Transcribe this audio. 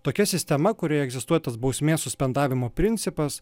tokia sistema kurioje egzistuoja tas bausmės suspendavimo principas